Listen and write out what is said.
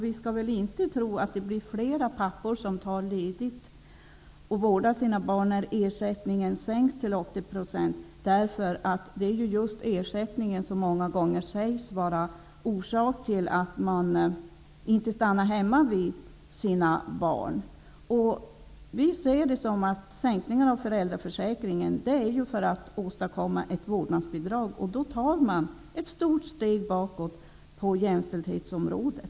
Vi skall inte tro att fler pappor tar ledigt för vård av barn när ersättningen sänks till 80 %. Det är ju just ersättningen som många gånger sägs vara orsaken till att föräldrar inte stannar hemma med sina barn. Vi socialdemokrater ser sänkningen av ersättningen från föräldraförsäkringen som ett sätt att åstadkomma vårdnadsbidraget. Då tas ett stort steg bakåt på jämställdhetsområdet.